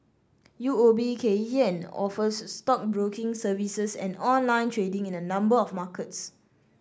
U O B Kay Hian offers stockbroking services and online trading in a number of markets